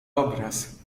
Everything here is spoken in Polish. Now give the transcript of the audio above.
obraz